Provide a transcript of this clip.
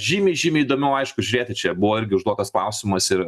žymiai žymiai įdomiau aišku žiūrėti čia buvo irgi užduotas klausimas ir